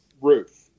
roof